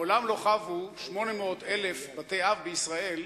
מעולם לא חבו 800,000 בתי-אב בישראל,